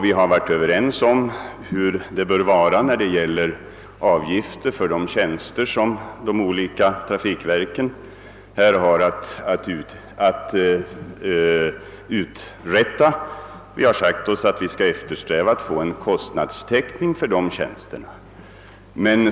Vi har varit överens om avgifterna för de tjänster som de olika trafikverken har att utföra. Vi har sagt oss att vi skall eftersträva en kostnadstäckning för dessa tjänster.